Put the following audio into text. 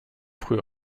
früh